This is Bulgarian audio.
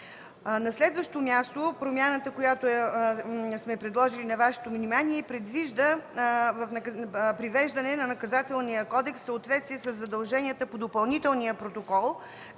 На следващо място, промяната, която сме предложили на Вашето внимание, предвижда привеждане на Наказателния кодекс в съответствие със задълженията по Допълнителния протокол